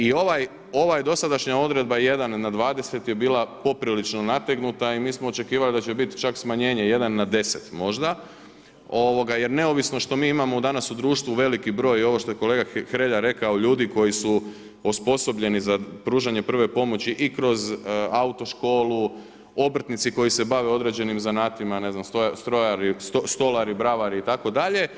I ova dosadašnja odredba 1 na 20 je bila poprilično nategnuta i mi smo očekivali da će bit čak smanjenje 1 na 10 možda, jer neovisno što mi imamo danas u društvu veliki broj i ovo što je kolega Hrelja rekao ljudi koji su osposobljeni za pružanje prve pomoći i kroz autoškolu, obrtnici koji se bave određenim zanatima, ne znam, stolari, bravari itd.